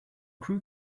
crew